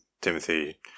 Timothy